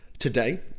Today